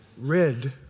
Red